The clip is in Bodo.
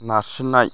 नारसिननाय